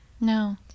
No